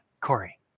Corey